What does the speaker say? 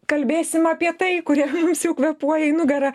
kalbėsim apie tai kurie mums jau kvėpuoja į nugarą